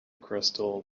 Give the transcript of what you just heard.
crystal